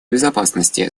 безопасности